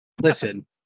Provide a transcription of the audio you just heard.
listen